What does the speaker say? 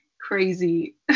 crazy